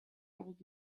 old